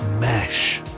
mesh